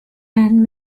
and